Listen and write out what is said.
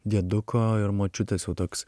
dėduko ir močiutės jau toks